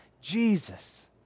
jesus